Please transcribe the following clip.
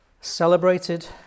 celebrated